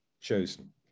chosen